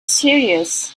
serious